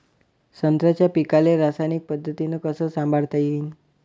संत्र्याच्या पीकाले रासायनिक पद्धतीनं कस संभाळता येईन?